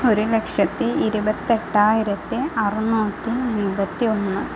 ഒരു ലക്ഷത്തി ഇരുപത്തി എട്ടായിരത്തി അറുന്നൂറ്റി അൻപത്തി ഒന്ന്